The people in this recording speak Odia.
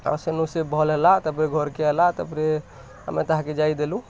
ଆର୍ ସେନୁ ସେ ଭଲ୍ ହେଲା ତା'ପରେ ଘର୍ କେ ଆଇଲା ତା'ପରେ ଆମେ ତାହେକେ ଯାଇଦେଲୁ